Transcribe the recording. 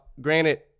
granted